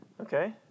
Okay